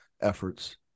efforts